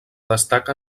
destaca